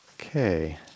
Okay